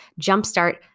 jumpstart